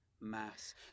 Mass